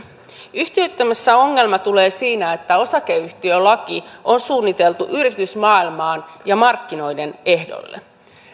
yhtiöittämisessä ongelma tulee siinä että osakeyhtiölaki on suunniteltu yritysmaailmaan ja markkinoiden ehdoille